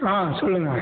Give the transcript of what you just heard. ஆ சொல்லுங்கள்